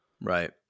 right